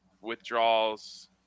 withdrawals